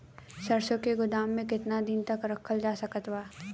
सरसों के गोदाम में केतना दिन तक रखल जा सकत बा?